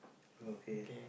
okay